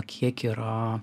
kiek yra